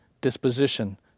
disposition